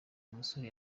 umusore